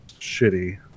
shitty